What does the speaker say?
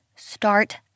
Start